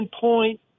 Point